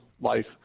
life